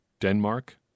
Denmark